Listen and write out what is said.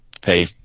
pay